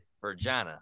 Virginia